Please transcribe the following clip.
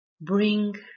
Bring